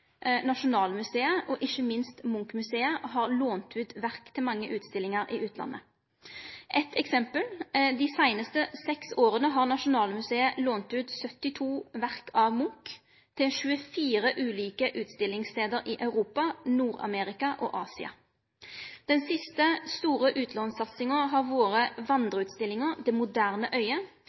Nasjonalmuseet, og ikkje minst Munch-museet, har lånt ut verk til mange utstillingar i utlandet. Eit eksempel: Dei siste seks åra har Nasjonalmuseet lånt ut 72 verk av Munch til 24 ulike utstillingsstader i Europa, Nord-Amerika og Asia. Den siste store utanlandssatsinga har vore vandreutstillinga «Det moderne øye»,